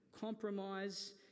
Compromise